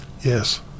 Yes